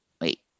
Wait